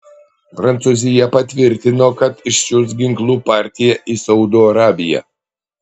prancūzija patvirtino kad išsiųs ginklų partiją į saudo arabiją